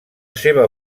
seva